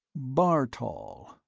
bartol,